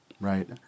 right